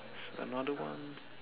another one